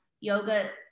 yoga